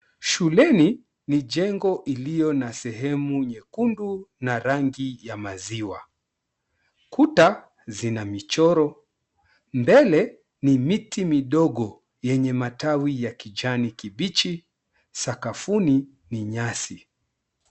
Shuleni ni jengo iliyo na sehemu nyekundu na rangi ya maziwa. Kuta zina michoro. Mbele ni miti midogo yenye matawi ya kijani kibichi. Sakafuni ni nyasi.